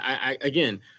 Again